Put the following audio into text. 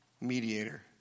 mediator